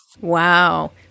Wow